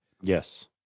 Yes